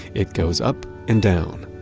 it goes up and down.